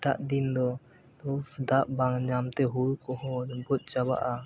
ᱮᱴᱟᱜ ᱫᱤᱱ ᱫᱚ ᱫᱟᱜ ᱵᱟᱝ ᱧᱟᱢᱛᱮ ᱦᱩᱲᱩ ᱠᱚᱦᱚᱸ ᱜᱚᱡ ᱪᱟᱵᱟᱜᱼᱟ